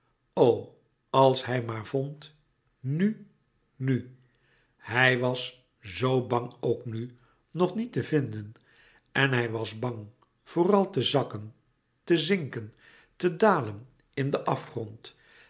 als hij maar vond nu nu hij was zoo bang ook nu nog niet te vinden en hij was bang vooral te zakken te zinken te dalen in den afgrond